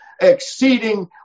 exceeding